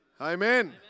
Amen